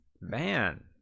man